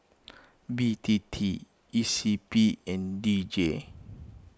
B T T E C P and D J